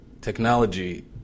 technology